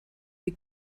wie